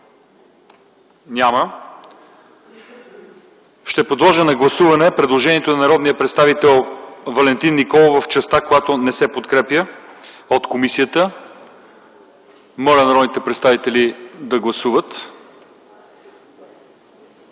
Няма. Ще подложа на гласуване предложението на народния представител Валентин Николов в частта, която не се подкрепя от комисията. Гласували 78 народни представители: за